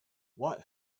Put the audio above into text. what